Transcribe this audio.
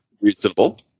Reasonable